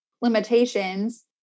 limitations